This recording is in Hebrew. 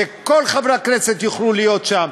שכל חברי הכנסת יוכלו להיות שם,